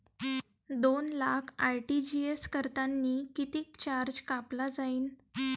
दोन लाख आर.टी.जी.एस करतांनी कितीक चार्ज कापला जाईन?